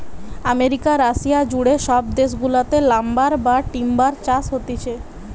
America, Russia জুড়ে সব দেশ গুলাতে লাম্বার বা টিম্বার চাষ হতিছে